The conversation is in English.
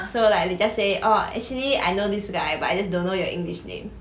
so like they just say orh actually I know this guy but I just don't know your english name